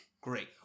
great